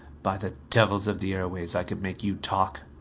by the devils of the airways, i could make you talk!